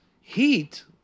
Heat